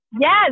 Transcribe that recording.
Yes